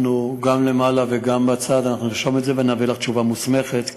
אנחנו גם למעלה וגם בצד נרשום את זה ונביא לך תשובה מוסמכת,